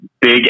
big